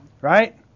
Right